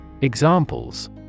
Examples